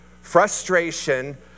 frustration